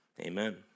Amen